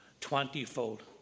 twentyfold